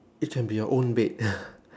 it can be your own bed